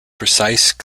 precise